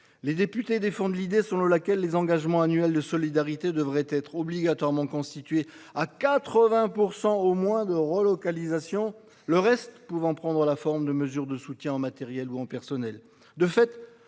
Les eurodéputés défendent l'idée selon laquelle les engagements annuels de solidarité devraient être obligatoirement constitués, à 80 % au moins, de relocalisations, le reste pouvant prendre la forme de mesures de soutien en matériel ou en personnel.